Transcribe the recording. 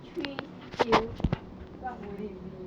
three skills what would it be